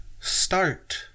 start